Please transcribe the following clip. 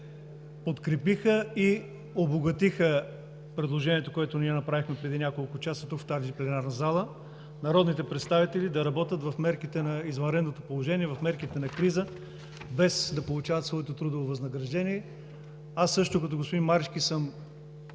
подкрепиха и обогатиха предложението, което ние направихме преди няколко часа тук, в тази пленарна зала, народните представители да работят в мерките на извънредното положение, в мерките на криза, без да получават своето трудово възнаграждение. Аз също като господин Марешки съм